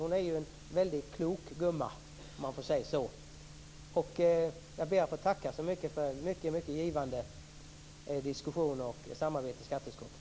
Hon är ju en väldigt klok gumma, om jag får säga så. Jag ber att få tacka så mycket för många givande diskussioner och ett mycket givande samarbete i skatteutskottet.